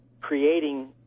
creating